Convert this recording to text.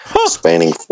spanning